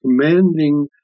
commanding